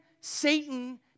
Satan